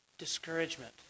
discouragement